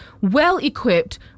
well-equipped